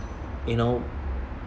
you know